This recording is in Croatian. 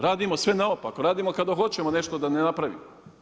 Radimo sve naopako, radimo kada hoćemo nešto da ne napravimo.